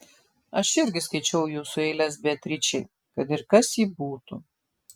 aš irgi skaičiau jūsų eiles beatričei kad ir kas ji būtų